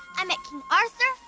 i met king arthur,